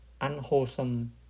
unwholesome